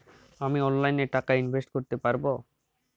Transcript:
আমি অনলাইনে টাকা ইনভেস্ট করতে পারবো?